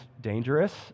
dangerous